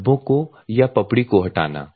धब्बों को या पपड़ी को हटाना